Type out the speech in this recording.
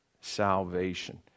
salvation